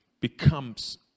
becomes